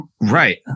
Right